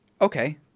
okay